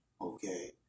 okay